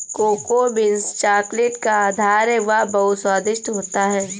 cocoa beans chocolate का आधार है वह बहुत स्वादिष्ट होता है